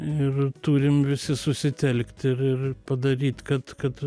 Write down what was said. ir turim visi susitelkt ir ir padaryt kad kad